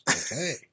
Okay